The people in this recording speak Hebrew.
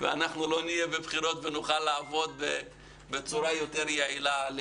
ולא נהיה בבחירות ונוכל לעבוד בצורה יותר יעילה.